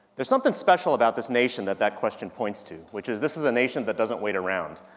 there's something special about this nation that that question points to, which is this is a nation that doesn't wait around.